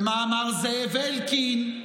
ומה אמר זאב אלקין,